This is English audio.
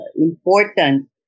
important